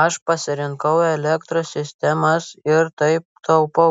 aš pasirinkau elektros sistemas ir taip tapau